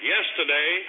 Yesterday